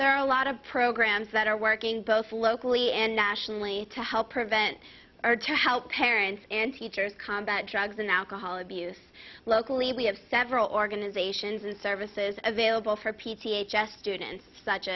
there are a lot of programs that are working both locally and nationally to help prevent are to how parents and teachers combat drugs and alcohol abuse locally we have several organizations and services available for p t a just students such